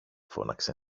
φώναξε